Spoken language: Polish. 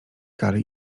kary